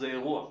זה אירוע.